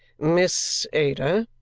miss ada,